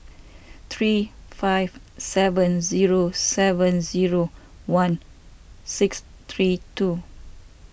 three five seven zero seven zero one six three two